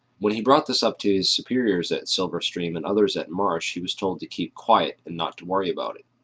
when he brought this up to his superiors at silverstream and others at marsh he was told to keep quiet, and not to worry about it.